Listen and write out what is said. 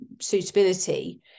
suitability